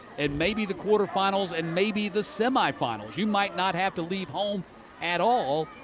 and maybe the quarter finals and maybe the semi-finals. you might not have to leave home at all